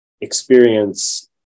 experience